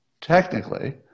technically